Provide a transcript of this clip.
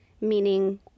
meaning